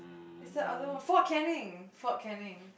it's the other one Fort Canning Fort Canning